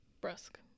Brusque